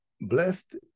blessed